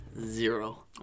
zero